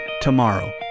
tomorrow